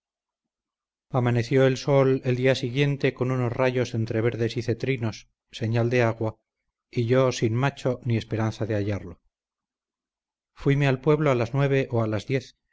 amaneció el sol el día siguiente con unos rayos entre verdes y cetrinos señal de agua y yo sin macho ni esperanza de hallarlo fuime al pueblo a las nueve o a las diez